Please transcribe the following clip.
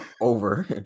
over